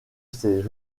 ses